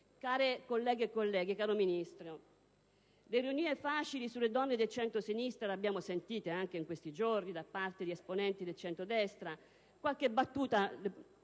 Care colleghe e colleghi, cara Ministro, le ironie facili sulle donne del centrosinistra le abbiamo sentite anche in questi giorni da parte di esponenti del centrodestra. Qualche battuta